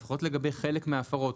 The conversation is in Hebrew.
לפחות לגבי חלק מההפרות,